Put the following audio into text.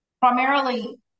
primarily